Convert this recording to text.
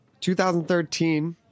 2013